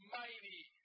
mighty